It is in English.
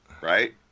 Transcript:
Right